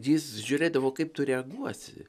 jis žiūrėdavo kaip tu reaguosi